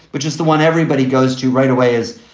which is the one everybody goes to right away is,